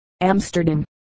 Amsterdam